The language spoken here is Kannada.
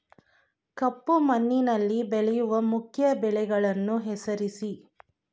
ಕಪ್ಪು ಮಣ್ಣಿನಲ್ಲಿ ಬೆಳೆಯುವ ಮುಖ್ಯ ಬೆಳೆಗಳನ್ನು ಹೆಸರಿಸಿ